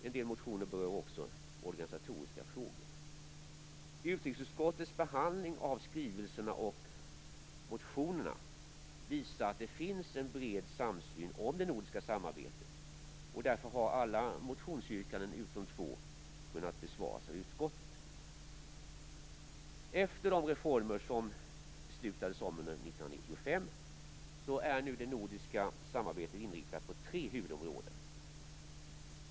En del motioner berör organisatoriska frågor. Utrikesutskottets behandling av skrivelserna och motionerna har visat att det finns en bred samsyn om det nordiska samarbetet. Därför har alla motionsyrkanden utom två kunnat besvaras av utskottet. Efter de reformer som det beslutades om under 1995 är nu det nordiska samarbetet inriktat på tre huvudområden.